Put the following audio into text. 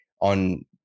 on